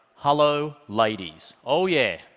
hello, ladies oh yeah.